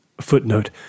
footnote